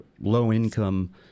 low-income